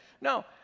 no